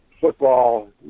football